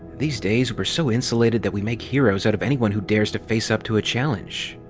these days we're so insulated that we make heroes out of anyone who dares to face up to a challenge.